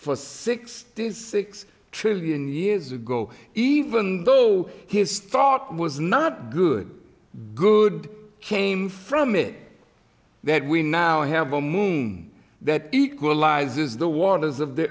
for sixty six trillion years ago even though his thought was not good good came from it that we now have a moon that equalizes the waters of the